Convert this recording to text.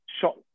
short